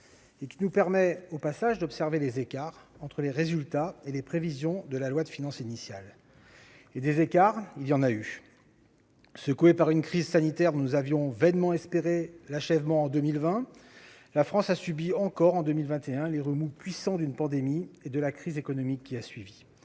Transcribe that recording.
précédente et, au passage, d'observer les écarts entre les résultats et les prévisions de la loi de finances initiale. Et des écarts, il y en a eu ... Secouée par une crise sanitaire dont nous avions vainement espéré l'achèvement dès 2020, la France a subi encore 2021 les remous puissants de la pandémie et de la crise économique qui a suivi.